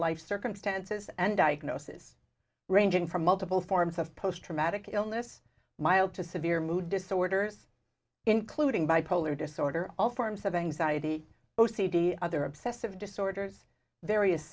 life circumstances and diagnosis ranging from multiple forms of posttraumatic illness mild to severe mood disorders including bipolar disorder all forms of anxiety o c d other obsessive disorders